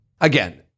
again